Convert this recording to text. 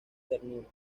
ternura